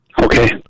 Okay